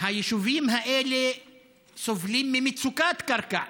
היישובים האלה סובלים ממצוקת קרקע.